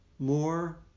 more